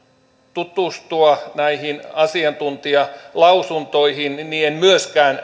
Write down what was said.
tutustua näihin asiantuntijalausuntoihin niin niin en myöskään